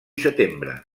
setembre